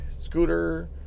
Scooter